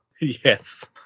Yes